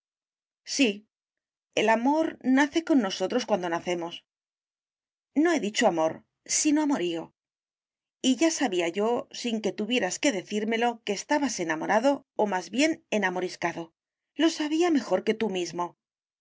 sí el amor nace con nosotros cuando nacemos no he dicho amor sino amorío y ya sabía yo sin que tuvieras que decírmelo que estabas enamorado o más bien enamoriscado lo sabía mejor que tú mismo pero